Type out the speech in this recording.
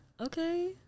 okay